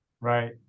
right